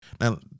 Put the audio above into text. Now